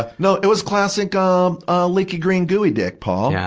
ah no, it was classic, um ah, ah, leaky, green gooey dick, paul,